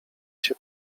się